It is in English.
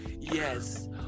yes